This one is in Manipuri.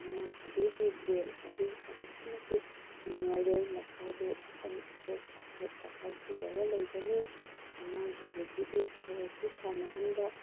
ꯑꯉꯥꯡ ꯑꯗꯨꯒꯤ ꯕ꯭ꯔꯦꯜ ꯑꯗꯨ ꯑꯗꯨꯛꯀꯤ ꯃꯇꯤꯛ ꯅꯨꯡꯉꯥꯏꯔꯣꯏ ꯃꯁꯥꯗꯨ ꯑꯄꯪ ꯑꯁꯣꯛ ꯑꯐꯛ ꯑꯐꯥꯏ ꯆꯨꯔꯒ ꯂꯩꯒꯅꯤ ꯑꯉꯥꯡ ꯍꯥꯏꯕꯁꯤꯗꯤ ꯈꯔꯁꯨ ꯁꯥꯟꯅꯍꯟꯕ